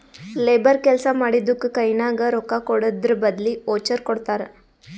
labour ಕೆಲ್ಸಾ ಮಾಡಿದ್ದುಕ್ ಕೈನಾಗ ರೊಕ್ಕಾಕೊಡದ್ರ್ ಬದ್ಲಿ ವೋಚರ್ ಕೊಡ್ತಾರ್